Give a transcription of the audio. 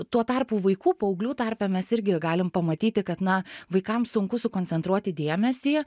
tuo tarpu vaikų paauglių tarpe mes irgi galim pamatyti kad na vaikams sunku sukoncentruoti dėmesį